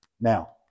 Now